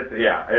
yeah,